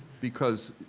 because,